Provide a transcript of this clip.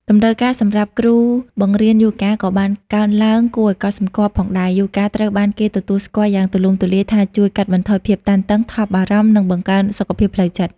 តម្រូវការសម្រាប់គ្រូបង្រៀនយូហ្គាក៏បានកើនឡើងគួរឱ្យកត់សម្គាល់ផងដែរ។ យូហ្គាត្រូវបានគេទទួលស្គាល់យ៉ាងទូលំទូលាយថាជួយ កាត់បន្ថយភាពតានតឹង ថប់បារម្ភ និងបង្កើនសុខភាពផ្លូវចិត្ត។